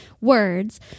words